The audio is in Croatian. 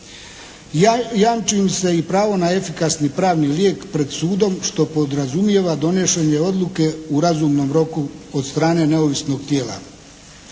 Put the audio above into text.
Jamči im se i pravo na efikasni pravni lijek pred sudom, što podrazumijeva donošenje odluke u razumnom roku od strane neovisnog tijela.